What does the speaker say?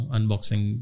Unboxing